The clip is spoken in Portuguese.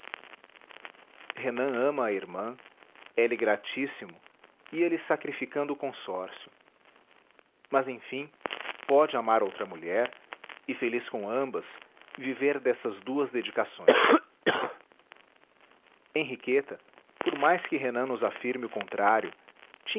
renan ama a irmã é-lhe gratíssimo ia-lhe sacrificando o consórcio mas enfim pode amar outra mulher e feliz com ambas viver dessas duas dedicações henriqueta por mais que renan nos afirme o contrário